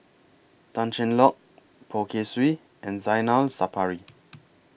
Tan Cheng Lock Poh Kay Swee and Zainal Sapari